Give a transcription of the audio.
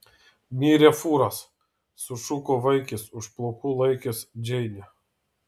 mirė fūras sušuko vaikis už plaukų laikęs džeinę